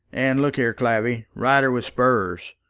and look here, clavvy ride her with spurs.